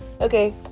Okay